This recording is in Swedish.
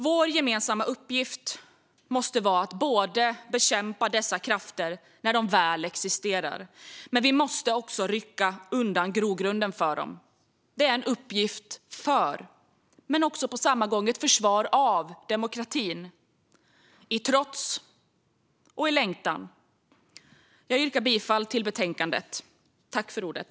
Vår gemensamma uppgift måste vara att bekämpa dessa krafter när de väl existerar, men vi måste också rycka undan grogrunden för dem. Det är en uppgift för och på samma gång ett försvar av demokratin - i trots och i längtan. Jag yrkar bifall till utskottets förslag i betänkandet.